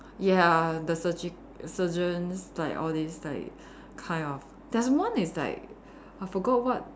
ya the surgi~ surgeons like all these like kind of there's one is like I forgot what